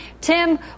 Tim